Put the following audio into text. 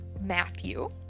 Matthew